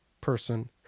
person